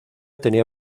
tenía